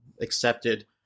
accepted